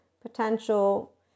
potential